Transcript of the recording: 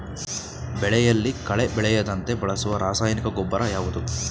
ಬೆಳೆಯಲ್ಲಿ ಕಳೆ ಬೆಳೆಯದಂತೆ ಬಳಸುವ ರಾಸಾಯನಿಕ ಗೊಬ್ಬರ ಯಾವುದು?